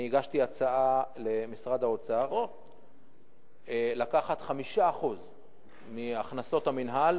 אני הגשתי הצעה למשרד האוצר לקחת 5% מהכנסות המינהל